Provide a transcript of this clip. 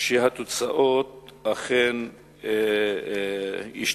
והתוצאות אכן ישתנו.